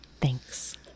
Thanks